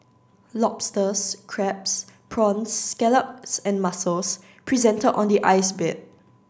lobsters crabs prawns scallops and mussels presented on the ice bed